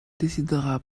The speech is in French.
décidera